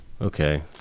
okay